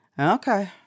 Okay